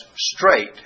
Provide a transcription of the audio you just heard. straight